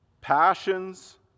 passions